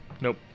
Nope